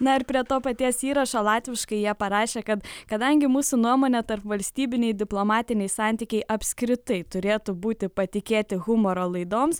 na ir prie to paties įrašo latviškai jie parašė kad kadangi mūsų nuomone tarpvalstybiniai diplomatiniai santykiai apskritai turėtų būti patikėti humoro laidoms